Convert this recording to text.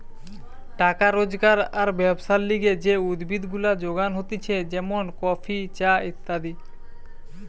টাকা রোজগার আর ব্যবসার লিগে যে উদ্ভিদ গুলা যোগান হতিছে যেমন কফি, চা ইত্যাদি